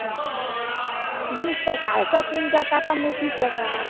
हय न्हीं सकाळ साकून जाता कांय मदींच जाता